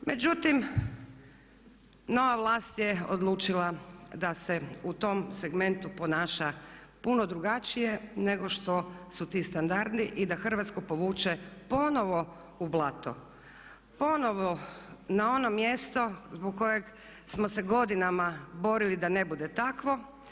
Međutim, nova vlast je odlučila da se u tom segmentu ponaša puno drugačije nego što su ti standardi i da Hrvatsku povuče u blato, ponovo na ono mjesto zbog kojeg smo se godinama borili da ne bude takvo.